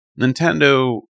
Nintendo